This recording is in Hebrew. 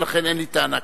ולכן אין לי טענה כלפיך.